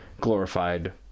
glorified